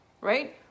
right